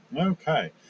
Okay